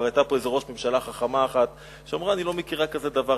כבר היתה פה איזו ראש ממשלה חכמה אחת שאמרה: אני לא מכירה כזה דבר.